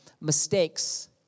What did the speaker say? mistakes